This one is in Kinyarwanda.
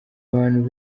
abantu